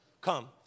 come